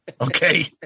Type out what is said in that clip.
Okay